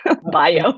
bio